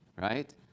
right